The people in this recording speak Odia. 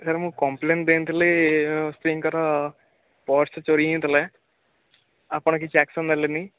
ସାର୍ ମୁଁ କମ୍ପ୍ଲେନ୍ ଦେଇଥିଲି ସ୍ତ୍ରୀଙ୍କର ପର୍ସ ଚୋରି ହେଇଥିଲା ଆପଣ କିଛି ଆକ୍ସନ୍ ନେଲେନି